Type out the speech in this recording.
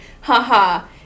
haha